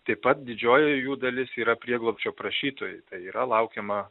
taip pat didžioji jų dalis yra prieglobsčio prašytojai tai yra laukiama